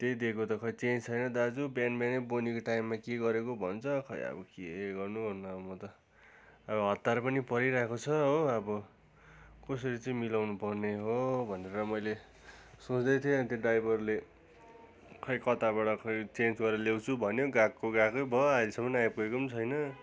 त्यही दिएको त खै चेन्ज छैन दाजु बिहान बिहानै बोनीको टाइममा के गरेको भन्छ खै अब के गर्नु गर्नु अब म त अब हत्तार पनि परिरहेको छ हो अब कसरी चाहिँ मिलाउनु पर्ने हो भनेर मैले सोच्दै थिएँ अन्त ड्राइभरले खै कताबाट खै चेन्ज गरेर ल्याउँछु भन्यो गएको गएको भयो आहिलेसम्म आउपुगेको पनि छैन